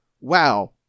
wow